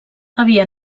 havia